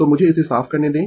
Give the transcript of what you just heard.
तो मुझे इसे साफ करने दें